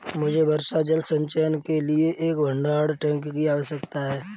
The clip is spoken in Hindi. मुझे वर्षा जल संचयन के लिए एक भंडारण टैंक की आवश्यकता है